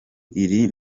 iri